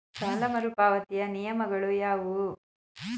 ಸಾಲ ಮರುಪಾವತಿಯ ನಿಯಮಗಳು ಯಾವುವು?